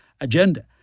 agenda